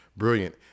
brilliant